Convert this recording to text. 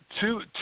two